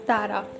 Tara